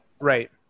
Right